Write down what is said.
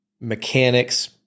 mechanics